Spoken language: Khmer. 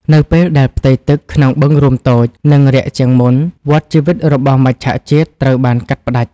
នៅពេលដែលផ្ទៃទឹកក្នុងបឹងរួមតូច និងរាក់ជាងមុន វដ្តជីវិតរបស់មច្ឆជាតិត្រូវបានកាត់ផ្តាច់។